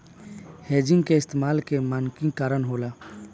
hedging के इस्तमाल के मानकी करण होला